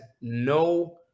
no